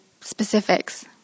specifics